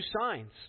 signs